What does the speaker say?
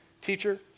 Teacher